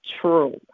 true